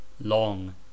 long